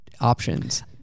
options